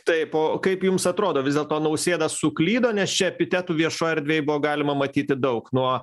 taip o kaip jums atrodo vis dėlto nausėda suklydo nes čia epitetų viešoj erdvėj buvo galima matyti daug nuo